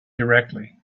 directly